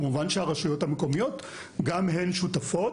כמובן שהרשויות המקומיות גם הן שותפות.